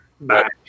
bye